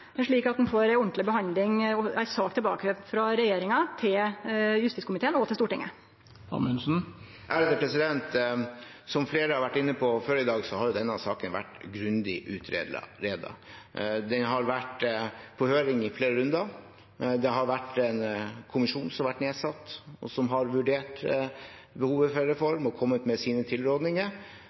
slik at ein får ei ordentleg behandling og ei sak tilbake frå regjeringa til justiskomiteen og Stortinget. Som flere har vært inne på før i dag, har denne saken vært grundig utredet. Den har vært på høring i flere runder, og det har vært nedsatt en kommisjon som har vurdert behovet for reform og kommet med sine